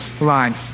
line